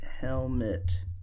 Helmet